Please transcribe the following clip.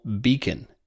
Beacon